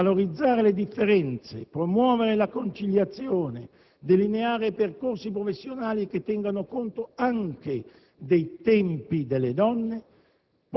valorizzare le differenze, promuovere la conciliazione, delineare percorsi professionali che tengano conto anche dei tempi delle donne.